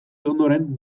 ondoren